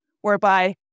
whereby